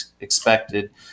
expected